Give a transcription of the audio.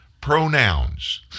pronouns